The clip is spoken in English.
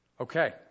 okay